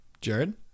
Jared